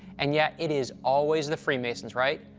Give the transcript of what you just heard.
and yet it is always the freemasons, right?